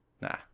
Nah